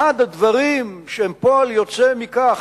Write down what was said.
אחד הדברים שהם פועל יוצא מכך,